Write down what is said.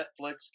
Netflix